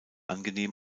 angenehm